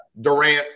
Durant